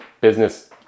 business